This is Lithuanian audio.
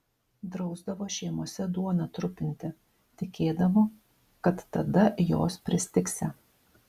drausdavo šeimose duoną trupinti tikėdavo kad tada jos pristigsią